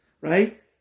right